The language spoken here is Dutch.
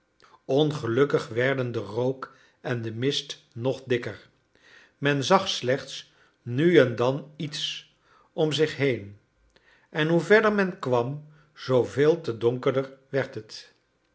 ongelukkig werden de rook en de mist nog dikker men zag slechts nu en dan iets om zich heen en hoe verder men kwam zooveel te donkerder werd het